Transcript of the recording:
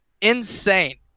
insane